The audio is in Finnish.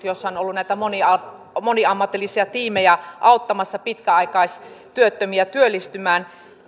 joissa on ollut näitä moniammatillisia tiimejä auttamassa pitkäaikaistyöttömiä työllistymään